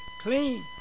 clean